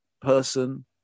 person